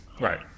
Right